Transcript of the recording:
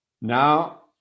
Now